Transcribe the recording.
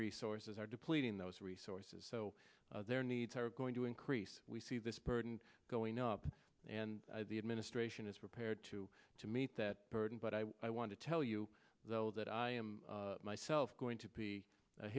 resources are depleting those resources so their needs are going to increase we see this burden going up and the administration is prepared to to meet that burden but i want to tell you though that i am myself going to be